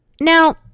Now